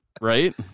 Right